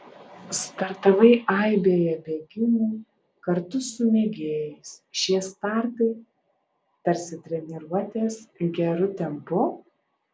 startavai aibėje bėgimų kartu su mėgėjais šie startai tarsi treniruotės geru tempu